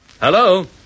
Hello